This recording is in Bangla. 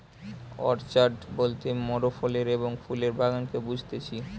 অর্চাড বলতে মোরাফলের এবং ফুলের বাগানকে বুঝতেছি